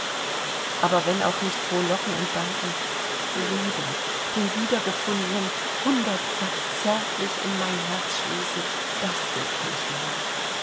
aber wenn auch nicht frohlocken und danken lieben den wiedergefundenen hundertfach zärtlich in mein herz schließen das durfte ich wohl